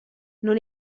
non